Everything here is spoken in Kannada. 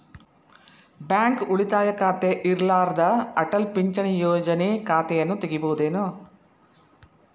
ಬ್ಯಾಂಕ ಉಳಿತಾಯ ಖಾತೆ ಇರ್ಲಾರ್ದ ಅಟಲ್ ಪಿಂಚಣಿ ಯೋಜನೆ ಖಾತೆಯನ್ನು ತೆಗಿಬಹುದೇನು?